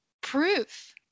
proof